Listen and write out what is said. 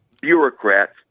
bureaucrats